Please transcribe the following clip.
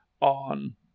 on